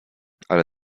ale